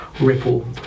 ripple